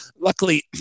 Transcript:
Luckily